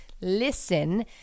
listen